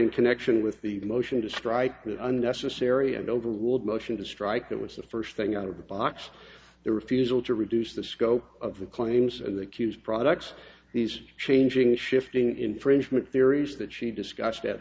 in connection with the motion to strike unnecessary and overruled motion to strike that was the first thing out of the box the refusal to reduce the scope of the claims and the accused products these changing shifting infringement theories that she discussed